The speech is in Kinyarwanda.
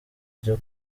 ryo